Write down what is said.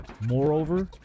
Moreover